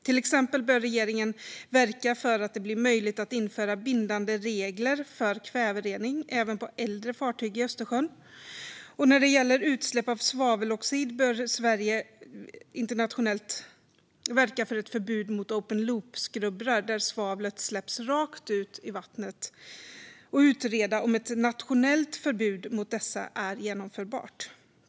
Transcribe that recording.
Till exempel bör regeringen verka för att det blir möjligt att införa bindande regler för kväverening även på äldre fartyg i Östersjön. När det gäller utsläpp av svaveloxid bör Sverige internationellt verka för ett förbud mot open loop-skrubbrar, där svavlet släpps ut rakt ut i vattnet, och att utreda om ett nationellt förbud mot dessa är genomförbart.